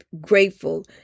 grateful